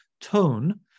tone